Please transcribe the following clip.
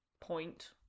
point